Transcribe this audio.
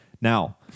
now